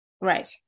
Right